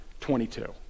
22